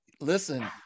listen